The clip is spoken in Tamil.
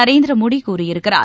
நரேந்திர மோடி கூறியிருக்கிறார்